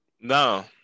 No